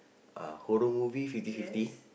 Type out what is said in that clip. ah horror movie fifty fifty